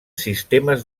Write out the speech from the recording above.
sistemes